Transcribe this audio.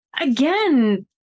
again